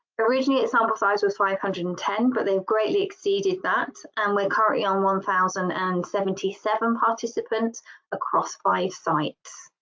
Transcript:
originally a sample size was five hundred and ten but they've greatly exceeded that and we're currently on one thousand and seventy seven participants across five sites.